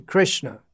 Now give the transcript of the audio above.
Krishna